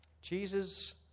Jesus